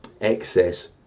excess